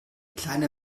kleine